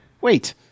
Wait